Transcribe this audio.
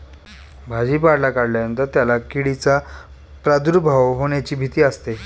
भाजीपाला काढल्यानंतर त्याला किडींचा प्रादुर्भाव होण्याची भीती असते